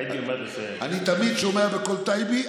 אני תמיד שומע בקול טייבי.